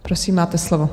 Prosím, máte slovo.